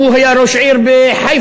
הוא היה ראש העיר חיפה,